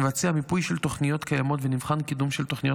נבצע מיפוי של תוכניות קיימות ונבחן קידום של תוכניות